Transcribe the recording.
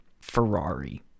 Ferrari